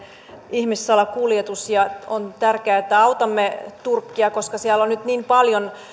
ihmissalakuljetus ja on tärkeää että autamme turkkia koska siellä on nyt niin paljon